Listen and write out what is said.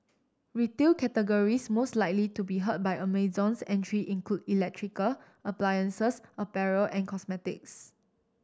retail categories most likely to be hurt by Amazon's entry include electrical appliances apparel and cosmetics